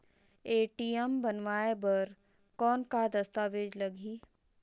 ATM बनवाय बर कौन का दस्तावेज लगही?